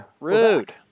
rude